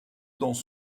dans